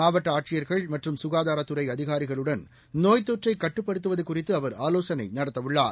மாவட்ட ஆட்சியர்கள் மற்றும் சுகாதாரத்துறை அதிகாரிகளுடன் நோய்த் தொற்றை கட்டுப்படுத்துவது குறித்து அவர் ஆலோசனை நடத்தவுள்ளார்